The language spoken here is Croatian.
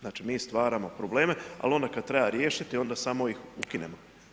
Znači mi stvaramo probleme, ali onda kad treba riješiti onda samo ih ukinemo.